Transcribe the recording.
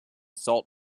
salt